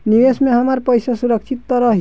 निवेश में हमार पईसा सुरक्षित त रही?